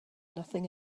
nothing